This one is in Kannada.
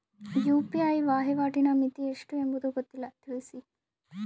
ಯು.ಪಿ.ಐ ವಹಿವಾಟಿನ ಮಿತಿ ಎಷ್ಟು ಎಂಬುದು ಗೊತ್ತಿಲ್ಲ? ತಿಳಿಸಿ?